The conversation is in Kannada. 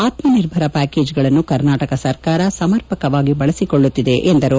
ಆತ್ಮನಿರ್ಭರ ಪ್ಯಾಕೇಜ್ಗಳನ್ನು ಕರ್ನಾಟಕ ಸರ್ಕಾರ ಸಮರ್ಪಕವಾಗಿ ಬಳಸಿಕೊಳ್ಳುತ್ತಿದೆ ಎಂದರು